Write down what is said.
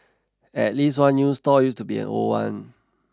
at least one new stall used to be an old one